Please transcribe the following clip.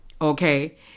Okay